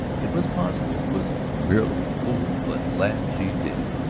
it was possible, was merely a fool. but laugh she did,